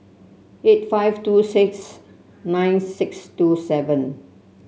eight five two six nine six two seven